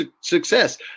success